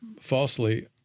falsely